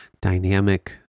dynamic